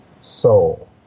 soul